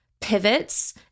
pivots